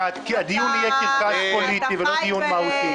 הכנסת הזאת התפזרה וברור לך שהדיון יהיה קרקס פוליטי ולא דיון מהותי.